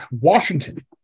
Washington